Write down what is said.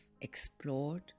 explored